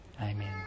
amen